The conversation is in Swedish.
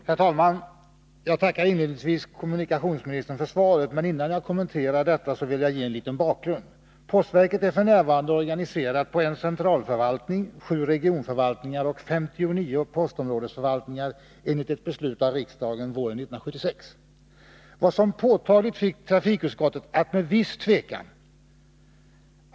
Herr talman! Jag tackar inledningsvis kommunikationsministern för svaret, men innan jag kommenterar detta vill jag ge en liten bakgrund. Postverket är f. n. organiserat på en centralförvaltning, sju regionförvaltningar och 59 postområdesförvaltningar enligt ett beslut av riksdagen våren 1976.